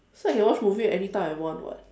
so I can watch movie anytime I want [what]